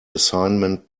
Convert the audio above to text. assignment